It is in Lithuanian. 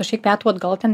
kažkiek metų atgal ten